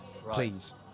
Please